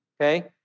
Okay